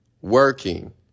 working